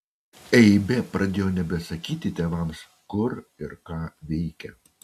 eibė pradėjo nebesakyti tėvams kur ir ką veikia